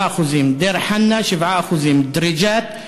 10%; דיר-חנא,